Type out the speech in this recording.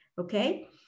okay